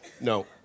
no